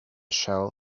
shell